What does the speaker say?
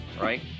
Right